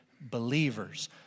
believers